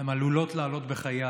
הן עלולות לעלות בחיי אדם.